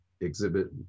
exhibit